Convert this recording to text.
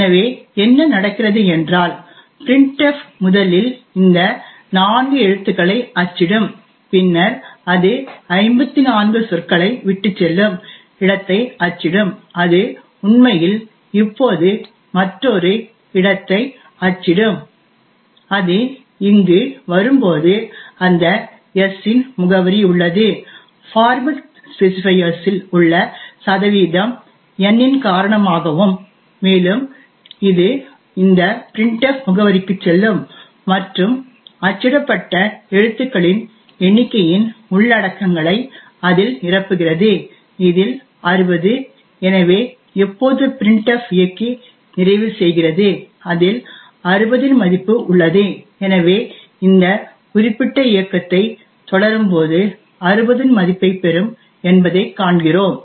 எனவே என்ன நடக்கிறது என்றால் printf முதலில் இந்த நான்கு எழுத்துக்களை அச்சிடும் பின்னர் அது 54 சொற்களை விட்டுச்செல்லும் இடத்தை அச்சிடும் அது உண்மையில் இப்போது மற்றொரு இடத்தை அச்சிடும் அது இங்கு வரும்போது அந்த s இன் முகவரி உள்ளது பார்மேட் ஸ்பெசிபையர்ஸ் இல் உள்ள சதவீதம் n இன் காரணமாகவும் மேலும் இது இந்த printf முகவரிக்குச் செல்லும் மற்றும் அச்சிடப்பட்ட எழுத்துகளின் எண்ணிக்கையின் உள்ளடக்கங்களை அதில் நிரப்புகிறது இதில் 60 எனவே எப்போது printf இயக்கி நிறைவுசெய்கிறது அதில் 60 இன் மதிப்பு உள்ளது எனவே இந்த குறிப்பிட்ட இயக்கத்தை தொடரும்போது 60 இன் மதிப்பைப் பெறும் என்பதைக் காண்கிறோம்